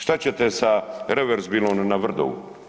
Šta ćete sa reverzibilnom na Vrdovu?